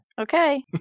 Okay